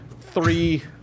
three